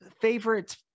favorite